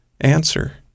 answer